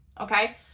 okay